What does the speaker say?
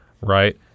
right